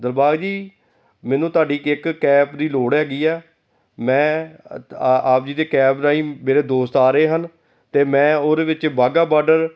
ਦਿਲਬਾਗ ਜੀ ਮੈਨੂੰ ਤੁਹਾਡੀ ਇੱਕ ਕੈਬ ਦੀ ਲੋੜ ਹੈਗੀ ਆ ਮੈਂ ਅ ਆਪ ਜੀ ਦੇ ਕੈਬ ਰਾਹੀਂ ਮੇਰੇ ਦੋਸਤ ਆ ਰਹੇ ਹਨ ਅਤੇ ਮੈਂ ਉਹਦੇ ਵਿੱਚ ਬਾਘਾ ਬਾਰਡਰ